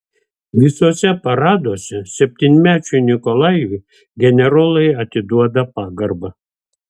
visuose paraduose septynmečiui nikolajui generolai atiduoda pagarbą